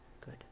good